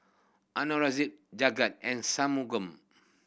Aurangzeb Jagat and Shunmugam